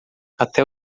até